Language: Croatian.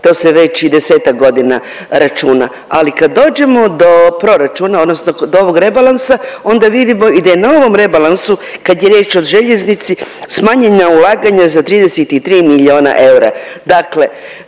to se već i 10-tak godina računa, ali kad dođemo do proračuna odnosno do ovog rebalansa onda vidimo i da je na ovom rebalansu kad je riječ o željeznici smanjena ulaganja za 33 milijuna eura. Dakle